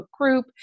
group